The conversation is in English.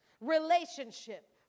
relationship